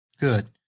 good